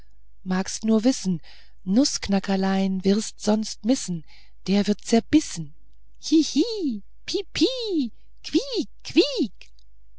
magst's nur wissen nußknackerlein wirst sonst missen der wird zerbissen hi hi pi pi quiek